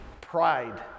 Pride